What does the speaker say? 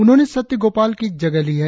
उन्होंने सत्यगोपाल की जगह ली है